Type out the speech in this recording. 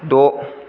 द'